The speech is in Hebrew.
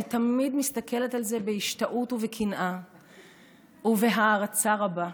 אני תמיד מסתכלת על זה בהשתאות ובקנאה ובהערצה רבה.